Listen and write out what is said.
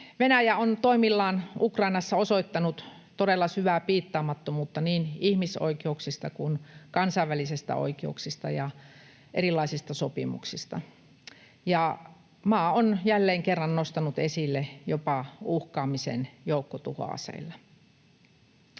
Venäjä on toimillaan Ukrainassa osoittanut todella syvää piittaamattomuutta niin ihmisoikeuksista kuin kansainvälisestä oikeudesta ja erilaisista sopimuksista, ja maa on jälleen kerran nostanut esille jopa uhkaamisen joukkotuhoaseilla.